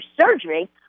surgery